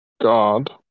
God